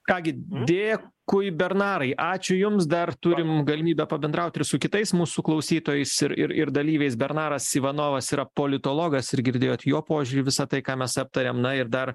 ką gi dėkui bernarai ačiū jums dar turim galimybę pabendraut ir su kitais mūsų klausytojais ir ir ir dalyviais bernaras ivanovas yra politologas ir girdėjot jo požiūrį visa tai ką mes aptarėm na ir dar